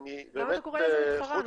למה אתה קורא לזה מתחרה?